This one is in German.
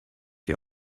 die